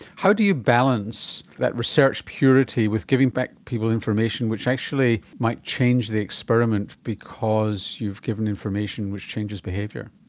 how do you balance that research purity with giving back people information which actually might change the experiment because you've given information which changes behaviour?